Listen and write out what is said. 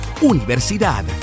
universidad